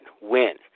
win